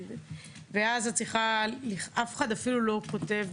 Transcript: ואז את צריכה אף אחד אפילו לא כותב